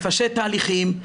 לפשט תהליכים,